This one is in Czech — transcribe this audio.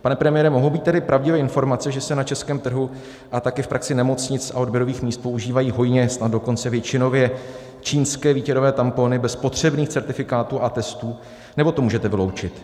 Pane premiére, mohou být tedy pravdivé informace, že se na českém trhu a také v praxi nemocnic a odběrových míst používají hojně, snad dokonce většinově čínské výtěrové tampony bez potřebných certifikátů a testů, nebo to můžete vyloučit?